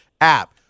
app